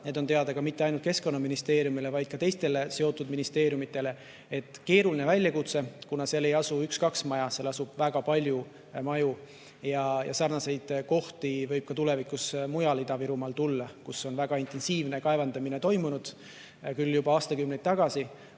need on teada mitte ainult Keskkonnaministeeriumile, vaid ka teistele seotud ministeeriumidele. See on keeruline väljakutse, kuna seal ei asu mitte üks-kaks maja, vaid seal asub väga palju maju. Sarnaseid kohti võib tulevikus esile tulla mujalgi Ida-Virumaal, kus on väga intensiivne kaevandamine toimunud, küll juba aastakümneid tagasi,